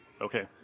Okay